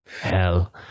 Hell